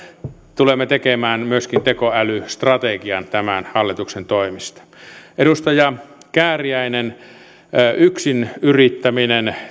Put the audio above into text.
tulemme tekemään myöskin tekoälystrategian tämän hallituksen toimesta edustaja kääriäinen yksinyrittäminen